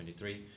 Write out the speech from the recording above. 23